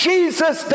Jesus